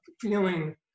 feeling